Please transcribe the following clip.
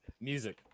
Music